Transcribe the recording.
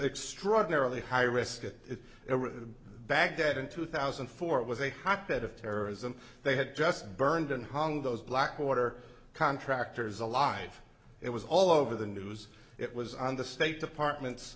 extraordinarily high risk that baghdad in two thousand and four it was a hotbed of terrorism they had just burned and hung those blackwater contractors alive it was all over the news it was on the state department